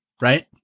right